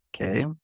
Okay